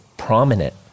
Prominent